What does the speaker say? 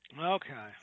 Okay